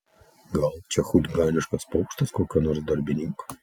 gal čia chuliganiškas pokštas kokio nors darbininko